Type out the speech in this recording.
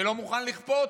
אני לא מוכן לכפות,